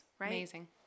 Amazing